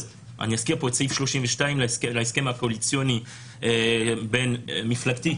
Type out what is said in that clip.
אז אני אזכיר פה את סעיף 32 להסכם הקואליציוני בין מפלגתי,